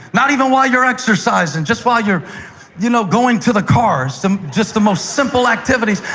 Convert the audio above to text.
not even while you're exercising, just while you're you know going to the car. so just the most simple activities.